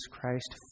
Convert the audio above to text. Christ